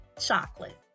Chocolate